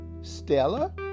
Stella